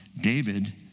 David